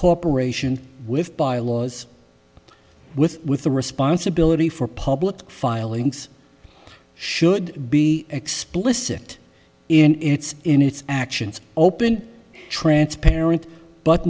corporation with bylaws with with the responsibility for public filings should be explicit in its in its actions open transparent but